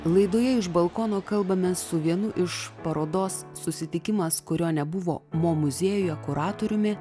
laidoje iš balkono kalbamės su vienu iš parodos susitikimas kurio nebuvo mo muziejuje kuratoriumi